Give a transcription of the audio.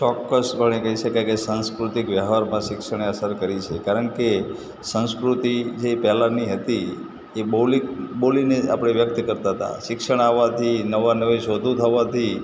ચોક્કસપણે કહી શકાય કે સાંસ્કૃતિક વ્યવહારમાં શિક્ષણે અસર કરી છે કારણ કે સંસ્કૃતિ જે પહેલાંની હતી એ બોલી બોલીને જ આપણે વ્યક્ત કરતા હતા શિક્ષણ આવવાથી નવાં નવી શોધો થવાથી